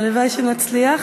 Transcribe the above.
והלוואי שנצליח.